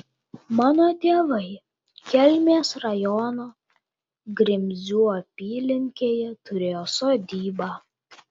mano tėvai kelmės rajono grimzių apylinkėje turėjo sodybą